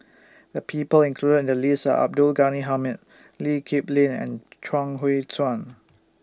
The People included in The list Are Abdul Ghani Hamid Lee Kip Lin and Chuang Hui Tsuan